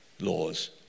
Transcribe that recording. laws